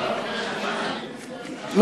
אולי אתה תומך עקרונית.